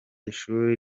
ishuri